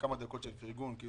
על